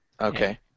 Okay